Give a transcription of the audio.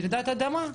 רעידת אדמה.